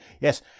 yes